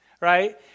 right